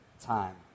time